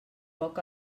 poc